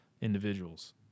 individuals